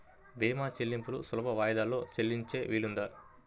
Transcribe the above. భీమా చెల్లింపులు సులభ వాయిదాలలో చెల్లించే వీలుందా?